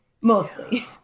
Mostly